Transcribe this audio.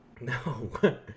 no